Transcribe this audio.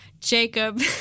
Jacob